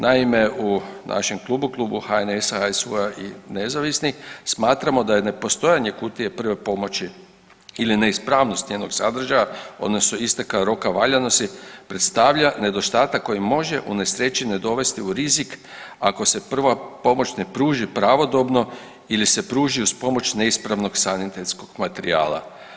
Naime, u našem klubu, Klubu HNS-a, HSU-a i nezavisnih smatramo da je nepostojanje kutije prve pomoći ili neispravnost njenog sadržaja, odnosno isteka roka valjanosti predstavlja nedostatak koji može unesrećene dovesti u rizik ako se prva pomoć ne pruži pravodobno ili se pruži uz pomoć neispravnog sanitetskog materijala.